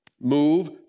move